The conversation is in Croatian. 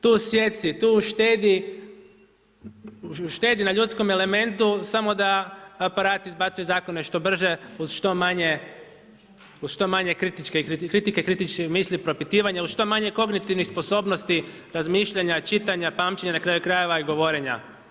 Tu sijeci, tu uštedi, uštedi na ljudskom elementu samo da aparat izbacuje zakone što brže uz što manje kritike i kritičkih misli, propitivanja uz što manje kognitivnih sposobnosti, razmišljanja, čitanja, pamćenja, na kraju krajeva i govorenja.